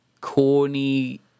corny